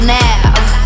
now